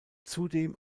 zudem